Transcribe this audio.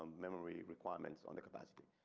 memory requirements on the capacity.